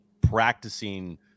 practicing